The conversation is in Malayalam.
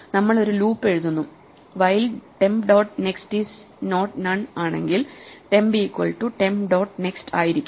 നമ്മൾ ഒരു ലൂപ്പ് എഴുതുന്നു while temp dot next is not none ആണെങ്കിൽ temp equal to temp dot next ആയിരിക്കും